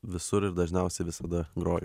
visur ir dažniausiai visada groju